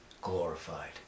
Glorified